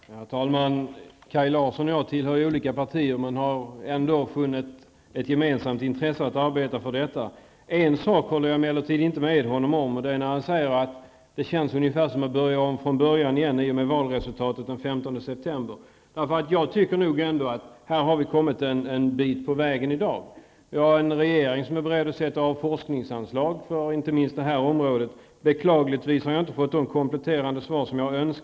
Herr talman! Kaj Larsson och jag tillhör olika partier. Ändå har vi ett gemensamt intresse när det gäller arbetet med dessa saker. På en punkt håller jag emellertid inte med Kaj Larsson. Det gäller då hans uttalande om att det känns som att börja om från början i och med valresultatet den 15 september. Jag tycker nog att vi i dag har kommit en bit på vägen. Vi har ju en regering som är beredd att medge forskningsanslag för inte minst det här aktuella området. Beklagligtvis har jag inte fått de kompletterande svar som jag efterlyser.